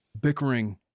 bickering